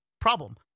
problem